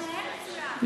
אתה מנהל מצוין.